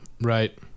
Right